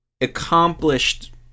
Accomplished